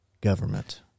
Government